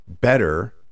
better